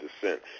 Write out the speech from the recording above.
descent